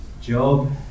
job